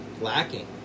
Lacking